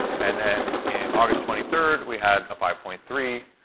and then, and august twenty third we had a five point three.